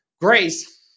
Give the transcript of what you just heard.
Grace